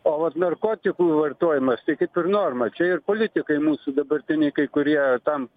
o vat narkotikų vartojimas tai kaip ir norma čia ir politikai mūsų dabartiniai kai kurie tam